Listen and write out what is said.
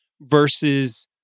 versus